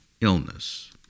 illness